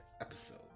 episode